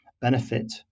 benefit